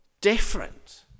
different